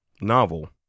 novel